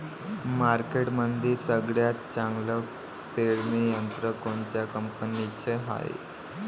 मार्केटमंदी सगळ्यात चांगलं पेरणी यंत्र कोनत्या कंपनीचं हाये?